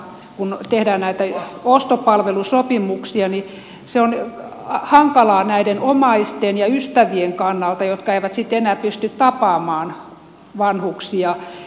kun tehdään näitä ostopalvelusopimuksia niin se on hankalaa näiden omaisten ja ystävien kannalta jotka eivät sitten enää pysty tapaamaan vanhuksia